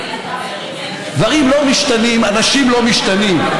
דברים לא משתנים, אנשים לא משתנים.